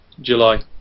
July